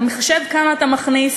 אתה מחשב כמה אתה מכניס,